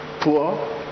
poor